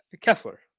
Kessler